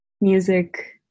music